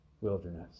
wilderness